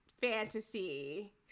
fantasy